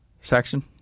section